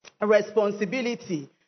responsibility